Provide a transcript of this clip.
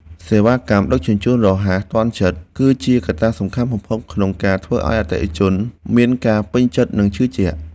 សេវាកម្មដឹកជញ្ជូនរហ័សទាន់ចិត្ត គឺជាកត្តាសំខាន់បំផុតក្នុងការធ្វើឱ្យអតិថិជនមានការពេញចិត្តនិងជឿជាក់។